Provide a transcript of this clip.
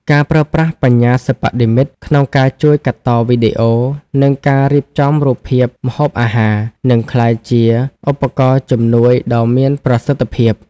ការប្រើប្រាស់បញ្ញាសិប្បនិម្មិត ក្នុងការជួយកាត់តវីដេអូ និងការរៀបចំរូបភាពម្ហូបអាហារ នឹងក្លាយជាឧបករណ៍ជំនួយដ៏មានប្រសិទ្ធភាព។